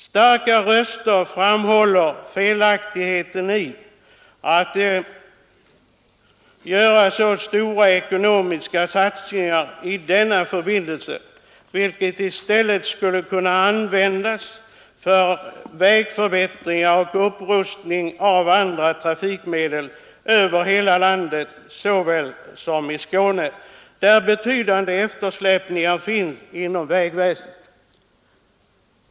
Starka röster framhåller felaktigheten i att göra så stora ekonomiska satsningar i denna senare förbindelse, satsningar som i stället skulle kunna användas för vägförbättringar och en upprustning av andra trafikmedel såväl över hela landet som i Skåne, där betydande eftersläpningar finns inom vägväsendet.